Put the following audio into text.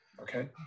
Okay